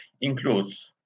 includes